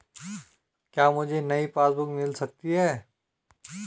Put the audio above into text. क्या मुझे नयी पासबुक बुक मिल सकती है?